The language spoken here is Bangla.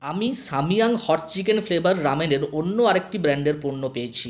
আমি সামিয়াং হট চিকেন ফ্লেভার রামেনের অন্য আরেকটি ব্র্যান্ডের পণ্য পেয়েছি